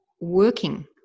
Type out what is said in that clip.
working